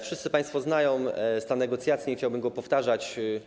Wszyscy państwo znają stan negocjacji, nie chciałbym go powtarzać.